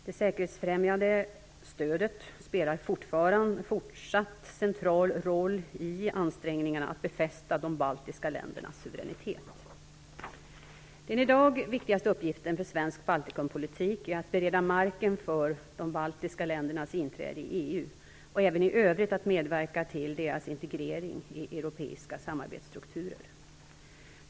Det säkerhetsfrämjande stödet spelar en fortsatt central roll i ansträngningarna att befästa de baltiska ländernas suveränitet. Den i dag viktigaste uppgiften för svensk Baltikumpolitik är att bereda marken för de baltiska ländernas inträde i EU och även i övrigt att medverka till deras integrering i europeiska samarbetsstrukturer.